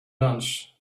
lunch